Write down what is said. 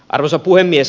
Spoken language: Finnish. arvoisa puhemies